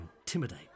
intimidate